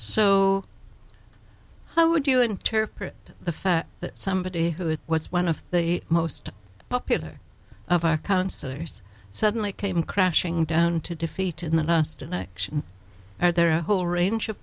so how would you interpret the fact that somebody who was one of the most popular of our counselors suddenly came crashing down to defeat in the us tonight and there are a whole range of